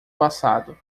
passado